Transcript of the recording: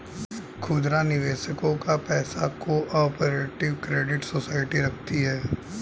खुदरा निवेशकों का पैसा को ऑपरेटिव क्रेडिट सोसाइटी रखती है